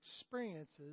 experiences